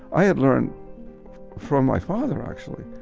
i have learned from my father, actually,